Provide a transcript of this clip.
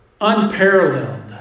unparalleled